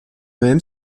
même